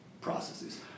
processes